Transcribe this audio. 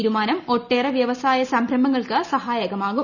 തീരുമാനം ഒട്ടേറെ വ്യവസായ സംരംഭങ്ങൾക്ക് സഹായകമാകും